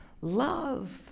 love